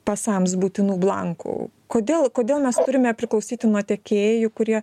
pasams būtinų blankų kodėl kodėl mes turime priklausyti nuo tiekėjų kurie